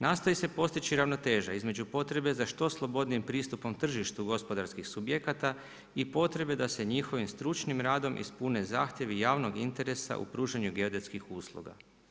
Nastoji se postići ravnoteža između potrebe za što slobodnijem pristupu tržištu gospodarskih subjekata i potrebe da se njihovim stručnim radom ispune zakoni javnog interesa u pružanju geodetskih usluga.